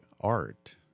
art